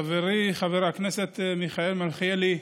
חברי חבר הכנסת מיכאל מלכיאלי,